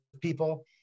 people